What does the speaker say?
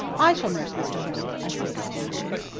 i shall nurse mr. bennett, i said with dignity.